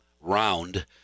round